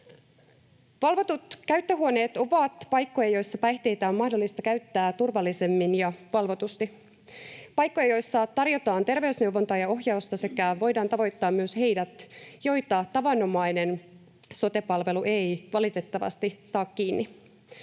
Valvotut käyttöhuoneet ovat paikkoja, joissa päihteitä on mahdollista käyttää turvallisemmin ja valvotusti, paikkoja, joissa tarjotaan terveysneuvontaa ja ohjausta sekä voidaan tavoittaa myös heidät, joita tavanomainen sote-palvelu ei valitettavasti saa kiinni.